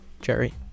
Jerry